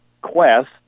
quest